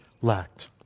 lacked